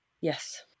yes